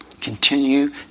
Continue